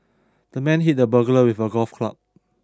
the man hit the burglar with a golf club